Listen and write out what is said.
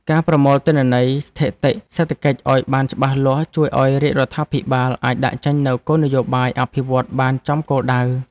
ការប្រមូលទិន្នន័យស្ថិតិសេដ្ឋកិច្ចឱ្យបានច្បាស់លាស់ជួយឱ្យរាជរដ្ឋាភិបាលអាចដាក់ចេញនូវគោលនយោបាយអភិវឌ្ឍន៍បានចំគោលដៅ។